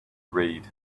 read